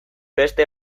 beste